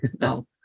no